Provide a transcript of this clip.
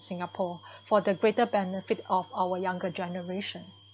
singapore for the greater benefit of our younger generation